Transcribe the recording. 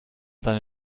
seine